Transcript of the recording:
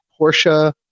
Porsche